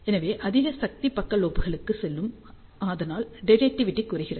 எனவே அதிக சக்தி பக்க லோப்களுக்குச் செல்லும் அதனால் டிரெக்டிவிடி குறைகிறது